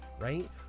right